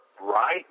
right